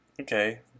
Okay